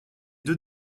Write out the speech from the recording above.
deux